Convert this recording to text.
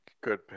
Good